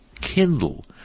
kindle